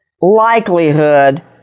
likelihood